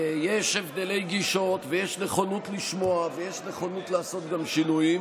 יש הבדלי גישות ויש נכונות לשמוע ויש נכונות לעשות גם שינויים,